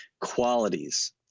qualities